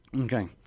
Okay